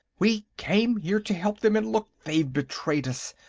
we came here to help them, and look they've betrayed us!